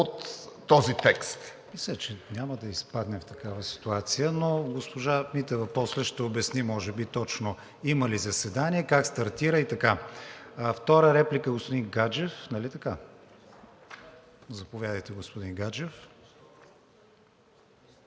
от този текст.